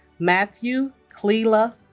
matthew kleyla